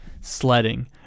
sledding